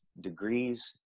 degrees